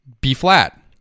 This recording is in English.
B-flat